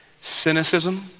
cynicism